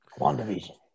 WandaVision